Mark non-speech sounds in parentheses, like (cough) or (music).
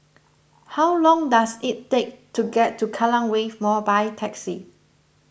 how long does it take to (noise) get to Kallang Wave Mall by taxi